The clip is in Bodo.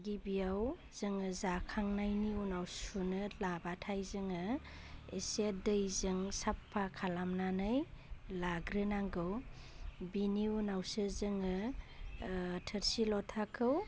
गिबियाव जोङो जाखांनायनि उनाव सुनो लाबाथाय जोङो एसे दैजों साफा खालामनानै लाग्रोनांगौ बिनि उनावसो जोङो थोरसि लथाखौ